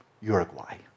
Uruguay